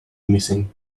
missing